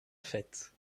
fête